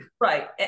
Right